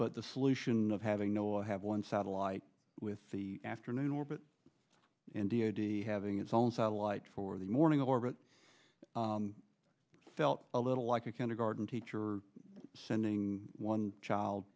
but the solution of having no i have one satellite with the afternoon orbit in deity having its own satellite for the morning orbit felt a little like a kindergarten teacher sending one child